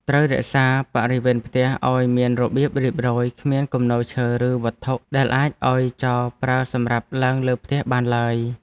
ត្រូវរក្សាបរិវេណផ្ទះឱ្យមានរបៀបរៀបរយគ្មានគំនរឈើឬវត្ថុដែលអាចឱ្យចោរប្រើសម្រាប់ឡើងលើផ្ទះបានឡើយ។